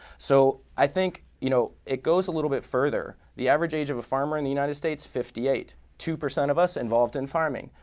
so i think you know it goes a little bit further. the average age of a farmer in the united states, fifty eight. two percent of us involved in farming.